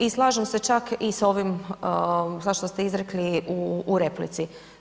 I slažem se čak i sa ovim sad što ste izrekli u replici.